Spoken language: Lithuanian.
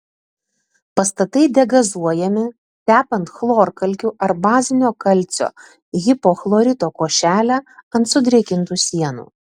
pastatai degazuojami tepant chlorkalkių ar bazinio kalcio hipochlorito košelę ant sudrėkintų sienų